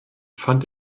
fand